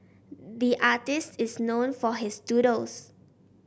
the artist is known for his doodles